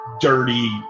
dirty